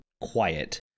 quiet